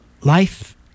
Life